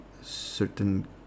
certain